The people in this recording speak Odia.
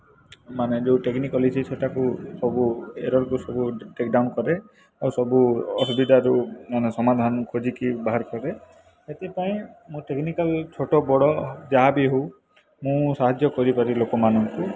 ମାନେ ଯେଉଁ ଟେକ୍ନିକାଲ୍ ଇସ୍ୟୁ ସେଇଟାକୁ ସବୁ ଏରୋରକୁ ସବୁ ଟେକ୍ ଡାଉନ୍ କରେ ଆଉ ସବୁ ଅସୁବିଧା ଯେଉଁମାନେ ସମାଧାନ ଖୋଜିକି ବାହାର କରେ ସେଥିପାଇଁ ମୋ ଟେକ୍ନିକାଲ୍ ଛୋଟ ବଡ଼ ଯାହା ବି ହେଉ ମୁଁ ସାହାଯ୍ୟ କରିପାରେ ଲୋକମାନଙ୍କୁ